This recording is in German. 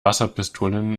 wasserpistolen